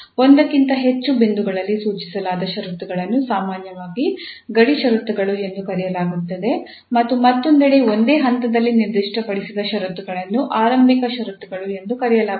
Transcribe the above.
ಒಂದಕ್ಕಿಂತ ಹೆಚ್ಚು ಬಿಂದುಗಳಲ್ಲಿ ಸೂಚಿಸಲಾದ ಷರತ್ತುಗಳನ್ನು ಸಾಮಾನ್ಯವಾಗಿ ಗಡಿ ಷರತ್ತುಗಳು ಎಂದು ಕರೆಯಲಾಗುತ್ತದೆ ಮತ್ತು ಮತ್ತೊಂದೆಡೆ ಒಂದೇ ಹಂತದಲ್ಲಿ ನಿರ್ದಿಷ್ಟಪಡಿಸಿದ ಷರತ್ತುಗಳನ್ನು ಆರಂಭಿಕ ಷರತ್ತುಗಳು ಎಂದು ಕರೆಯಲಾಗುತ್ತದೆ